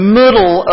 middle